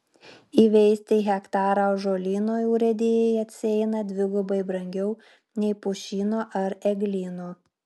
įveisti hektarą ąžuolyno urėdijai atsieina dvigubai brangiau nei pušyno ar eglyno